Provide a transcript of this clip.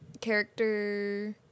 character